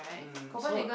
um so